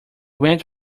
went